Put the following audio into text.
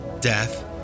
death